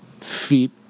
feet